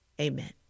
Amen